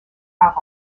par